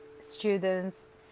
students